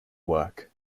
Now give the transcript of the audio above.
work